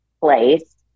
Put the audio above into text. place